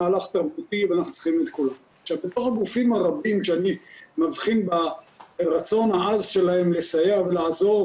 בתוך הגופים הרבים שאני מבחין ברצון העז שלהם לסייע ולעזור,